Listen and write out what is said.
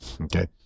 Okay